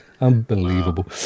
unbelievable